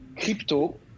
crypto